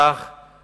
כך